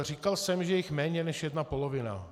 Říkal jsem, že jich je méně než jedna polovina.